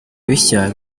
bishya